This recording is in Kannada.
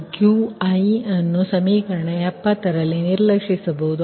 ಮತ್ತು Qi ಅನ್ನು ಸಮೀಕರಣ 70 ರಲ್ಲಿ ನಿರ್ಲಕ್ಷಿಸಬಹುದು